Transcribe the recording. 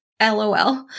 LOL